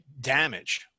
damage